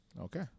Okay